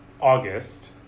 August